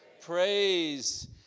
praise